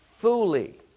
fully